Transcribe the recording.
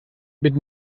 mit